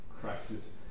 crisis